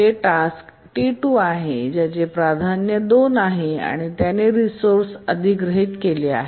हे टास्क T2आहे ज्याचे प्राधान्य 2 आहे आणि त्याने रिसोर्से अधिग्रहित केले आहे